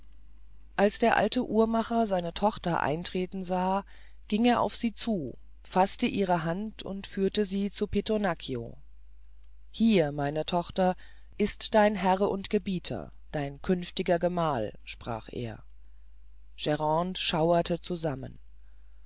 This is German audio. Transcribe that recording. als der alte uhrmacher seine tochter eintreten sah ging er auf sie zu erfaßte ihre hand und führte sie zu pittonaccio hier meine tochter ist dein herr und gebieter dein künftiger gemahl sprach er grande schauerte zusammen